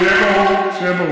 כלובים מאובזרים, אבל זה לא מספיק.